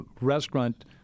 restaurant